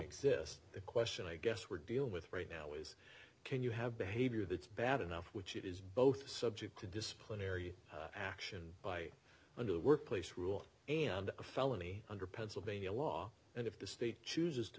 exist the question i guess we're dealing with right now is can you have behavior that's bad enough which it is both subject to disciplinary action by under the workplace rule and a felony under pennsylvania law and if the state chooses to